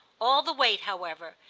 all the weight, however,